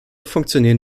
funktionieren